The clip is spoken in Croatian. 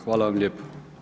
Hvala vam lijepo.